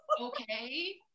Okay